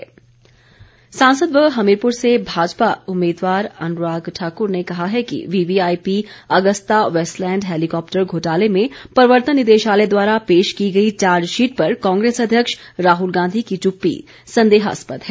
अनुराग ठाकुर सांसद व हमीरपुर से भाजपा उम्मीदवार अनुराग ठाकुर ने कहा है कि वीवीआईपी अगस्ता वेस्टलैंड हैलीकॉप्टर घोटाले में प्रवर्तन निदेशालय द्वारा पेश की गई चार्जशीट पर कांग्रेस अध्यक्ष राहुल गांधी की चूप्पी संदेहास्पद है